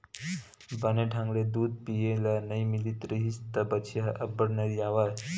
बने ढंग ले दूद पिए ल नइ मिलत रिहिस त बछिया ह अब्बड़ नरियावय